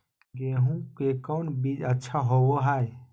गेंहू के कौन बीज अच्छा होबो हाय?